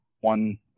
One